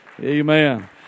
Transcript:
Amen